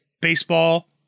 baseball